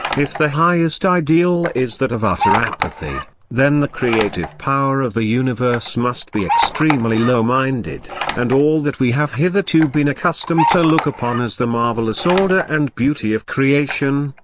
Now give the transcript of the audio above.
if the highest ideal is that of utter apathy, then the creative power of the universe must be extremely low-minded and all that we have hitherto been accustomed to look upon as the marvellous order and beauty of creation,